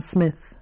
Smith